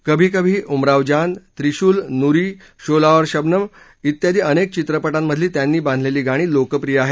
कभी कभी उमराव जान त्रिशुल नूरी शोला और शबनम त्यादी अनेक चित्रपटांमधली त्यांनी बांधलेली गाणी लोकप्रिय आहेत